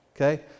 Okay